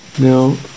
now